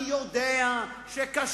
אני יודע שקשה,